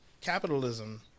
capitalism